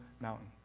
Mountain